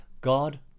God